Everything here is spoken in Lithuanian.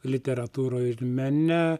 literatūroj ir mene